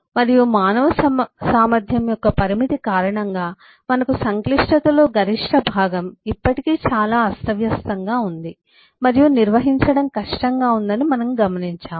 మరియు మానవ సామర్థ్యం యొక్క పరిమితి కారణంగా మనకు సంక్లిష్టతలో గరిష్ట భాగం ఇప్పటికీ చాలా అస్తవ్యస్తంగా ఉంది మరియు నిర్వహించడం కష్టంగా ఉందని మనము గమనించాము